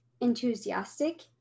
enthusiastic